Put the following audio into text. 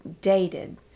dated